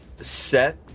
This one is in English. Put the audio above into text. set